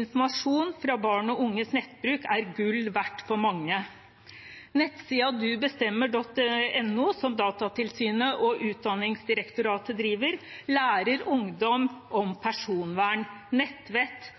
Informasjon fra barn og unges nettbruk er gull verdt for mange. På nettsiden www.dubestemmer.no, som Datatilsynet og Utdanningsdirektoratet driver, lærer ungdom om personvern, nettvett